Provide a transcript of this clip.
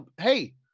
hey